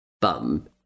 bum